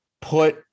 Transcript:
put